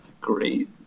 great